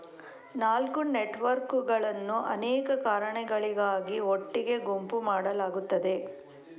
ನಾಲ್ಕು ನೆಟ್ವರ್ಕುಗಳನ್ನು ಅನೇಕ ಕಾರಣಗಳಿಗಾಗಿ ಒಟ್ಟಿಗೆ ಗುಂಪು ಮಾಡಲಾಗುತ್ತದೆ